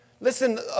Listen